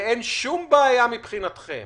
ואין שום בעיה מבחינתכם